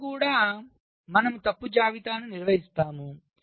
ఇక్కడ కూడా మనము తప్పు జాబితాను నిర్వహిస్తాము